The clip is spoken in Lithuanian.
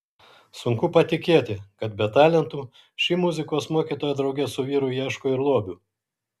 sunku patikėti kad be talentų ši muzikos mokytoja drauge su vyru ieško ir lobių